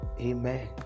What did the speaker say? Amen